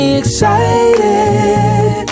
excited